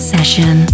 Session